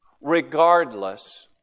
regardless